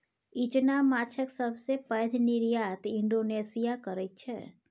इचना माछक सबसे पैघ निर्यात इंडोनेशिया करैत छै